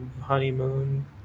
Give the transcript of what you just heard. honeymoon